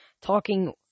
talking-